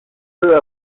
peu